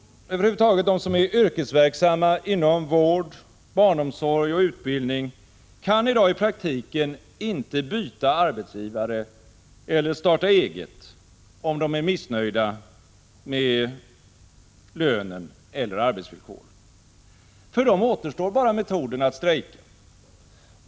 Över huvud taget kan de som är yrkesverksamma inom vård, barnomsorg och utbildning i dag i praktiken inte byta arbetsgivare eller starta eget, om de är missnöjda med lönen eller arbetsvillkoren. För dem återstår bara metoden att strejka.